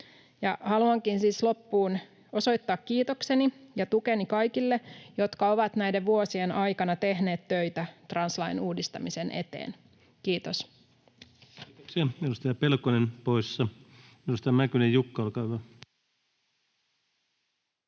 Haluankin siis loppuun osoittaa kiitokseni ja tukeni kaikille, jotka ovat näiden vuosien aikana tehneet töitä translain uudistamisen eteen. — Kiitos.